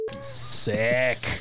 Sick